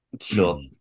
Sure